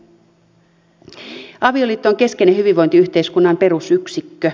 avioliitto on keskeinen hyvinvointiyhteiskunnan perusyksikkö